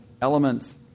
elements